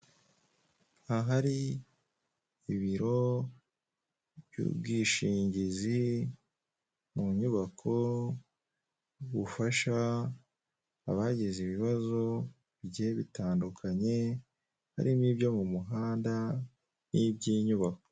Ahari ibiro by'ubwishingizi mu nyubako bufasha abagize ibibazo bigiye bitandukanye harimo ibyo mu muhanda n'iby'inyubako.